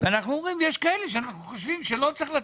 ואנחנו אומרים שיש כאלה שאנחנו חושבים שלא צריך לתת.